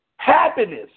Happiness